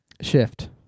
shift